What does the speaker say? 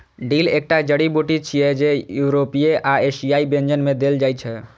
dill एकटा जड़ी बूटी छियै, जे यूरोपीय आ एशियाई व्यंजन मे देल जाइ छै